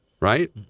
Right